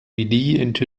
into